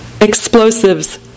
explosives